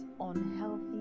unhealthy